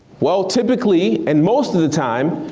well typically and most of the time,